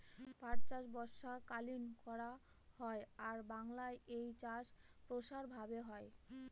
পাট চাষ বর্ষাকালীন করা হয় আর বাংলায় এই চাষ প্রসার ভাবে হয়